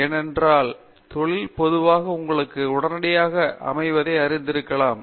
ஏனென்றால் தொழில் பொதுவாக உங்களுக்கு உடனடியாக அமைவதை அறிந்திருக்கலாம்